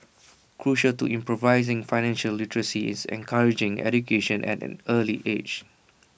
crucial to improving financial literacy is encouraging education at an early age